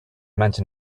mention